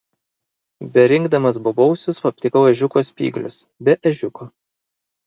berinkdamas bobausius aptikau ežiuko spyglius be ežiuko